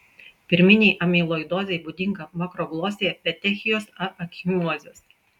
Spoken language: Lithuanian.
pirminei amiloidozei būdinga makroglosija petechijos ar ekchimozės